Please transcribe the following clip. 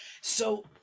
So-